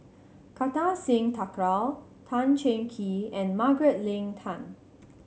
Kartar Singh Thakral Tan Cheng Kee and Margaret Leng Tan